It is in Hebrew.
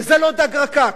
וזה לא דג רקק.